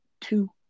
two